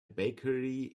bakery